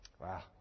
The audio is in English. Wow